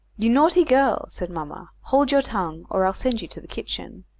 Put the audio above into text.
you naughty girl, said mamma hold your tongue, or i'll send you to the kitchen.